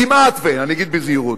כמעט שאין, אני אגיד בזהירות.